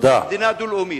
מדינה דו-לאומית.